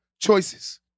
choices